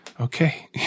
Okay